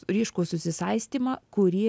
ryškų susisaistymą kurį